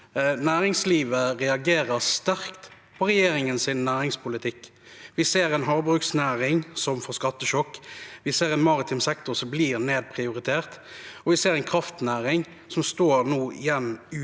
Næringslivet reagerer sterkt på regjeringens næringspolitikk. Vi ser en havbruksnæring som får skattesjokk, vi ser en maritim sektor som blir nedprioritert, og vi ser en kraftnæring som nå står igjen uten